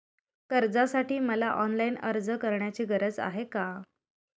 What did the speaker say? कर्जासाठी मला ऑनलाईन अर्ज करण्याची गरज आहे का?